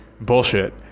bullshit